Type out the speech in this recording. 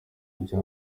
ibyo